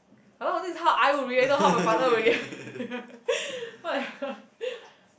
hello this is how I would react not how my partner would react what the hell